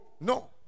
No